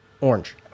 Orange